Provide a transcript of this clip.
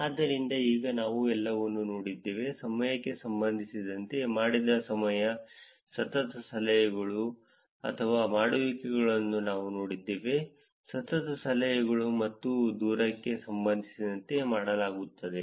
ಆದ್ದರಿಂದ ಈಗ ನಾವು ಎಲ್ಲವನ್ನೂ ನೋಡಿದ್ದೇವೆ ಸಮಯಕ್ಕೆ ಸಂಬಂಧಿಸಿದಂತೆ ಮಾಡಿದ ಸಮಯ ಸತತ ಸಲಹೆಗಳು ಅಥವಾ ಮಾಡುವಿಕೆಗಳನ್ನು ನಾವು ನೋಡಿದ್ದೇವೆ ಸತತ ಸಲಹೆಗಳು ಮತ್ತು ದೂರಕ್ಕೆ ಸಂಬಂಧಿಸಿದಂತೆ ಮಾಡಲಾಗುತ್ತದೆ